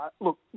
Look